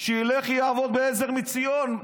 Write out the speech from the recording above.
שילך יעבוד בעזר מציון,